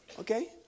Okay